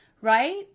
right